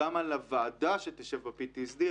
גם על הוועדה שתשב ב-PTSD,